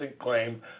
claim